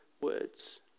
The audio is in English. words